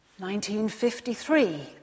1953